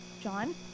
John